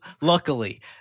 luckily